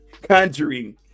Conjuring